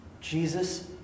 Jesus